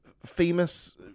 famous